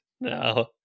No